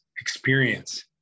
experience